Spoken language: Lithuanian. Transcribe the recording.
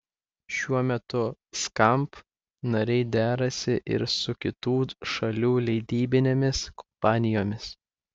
šiuo metu skamp nariai derasi ir su kitų šalių leidybinėmis kompanijomis